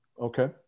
Okay